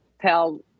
tell